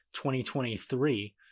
2023